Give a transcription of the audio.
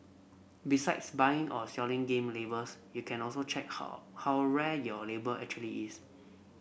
besides buying or selling game labels you can also check how how rare your label actually is